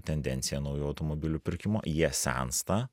tendenciją naujų automobilių pirkimo jie sensta